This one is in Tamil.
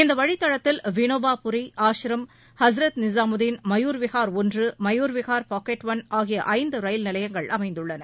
இந்த வழித்தடத்தில் வினோபாபுரி ஆஷ்ரம் ஹசரத் நிஜாமுதீன் மயூர் விகார் ஒன்று மயூர் விகார் பாக்கெட் ஒன் ஆகிய ஐந்து ரயில் நிலையங்கள் அமைந்துள்ளன